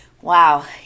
Wow